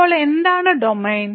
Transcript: അപ്പോൾ എന്താണ് ഡൊമെയ്ൻ